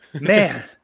Man